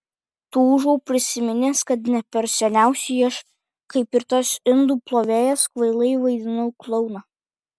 tūžau prisiminęs kad ne per seniausiai aš kaip ir tas indų plovėjas kvailai vaidinau klouną